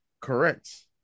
correct